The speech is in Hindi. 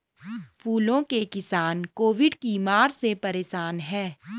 फूलों के किसान कोविड की मार से परेशान है